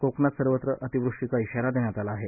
कोकणात सर्वत्र अतिवृष्टीचा श्रीरा देण्यात आला आहे